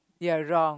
your wrong